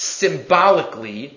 symbolically